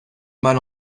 mal